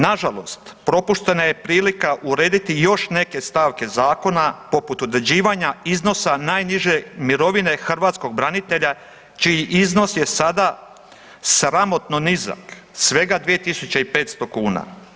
Na žalost, propuštena je prilika urediti i još neke stavke zakona poput određivanja iznosa najniže mirovine hrvatskog branitelja čiji iznos je sada sramotno nizak svega 2500 kuna.